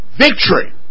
victory